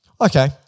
Okay